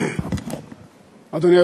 אדוני.